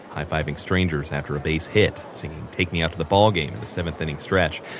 high-fiving strangers after a base hit. singing take me out to the ballgame in the seventh-inning stretch.